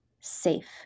safe